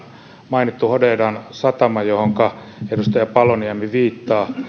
mainittu hodeidan satama johonka edustaja paloniemi viittaa